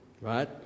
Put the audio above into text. right